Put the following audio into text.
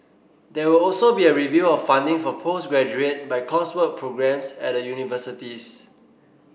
there will also be a review of funding for postgraduate by coursework programmes at the universities